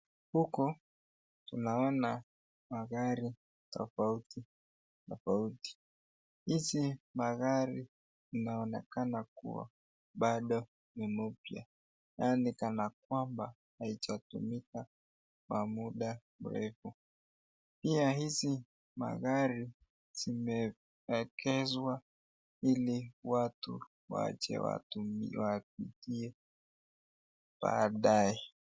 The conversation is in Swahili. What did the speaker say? Huku tunaona magari tofauti tofauti, hizi magari inaonekana kuwa bado ni mupya nani kana kwamba haijatumika kwa muda mrefu, pia hizi magari zimewekezwa ili watu waje watumie baadae.